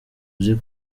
uzi